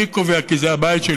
אני קובע, כי זה הבית שלי.